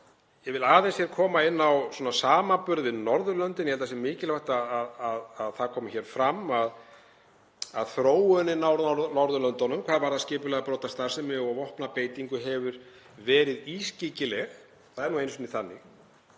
Ég vil aðeins koma inn á samanburð við Norðurlöndin. Ég held að það sé mikilvægt að það komi hér fram að þróunin annars staðar á Norðurlöndunum hvað varðar skipulagða brotastarfsemi og vopnabeitingu hefur verið ískyggileg, það er nú einu sinni þannig,